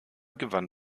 gewann